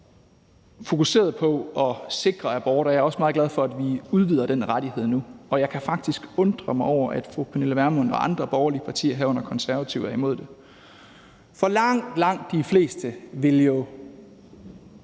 fokuserede på at sikre abort, og jeg er også meget glad for, at vi udvider den rettighed nu. Jeg kan faktisk undre mig over, at fru Pernille Vermund og andre borgerlige partier, herunder Konservative, er imod det. For langt, langt de fleste vil jo